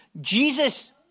Jesus